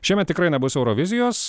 šiemet tikrai nebus eurovizijos